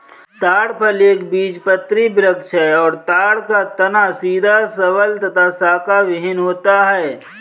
ताड़ फल एक बीजपत्री वृक्ष है और ताड़ का तना सीधा सबल तथा शाखाविहिन होता है